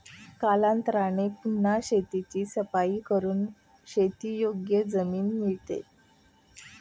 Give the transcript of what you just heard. कालांतराने पुन्हा शेताची सफाई करून शेतीयोग्य जमीन मिळते